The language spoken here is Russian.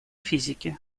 физики